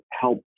help